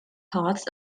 paths